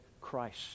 Christ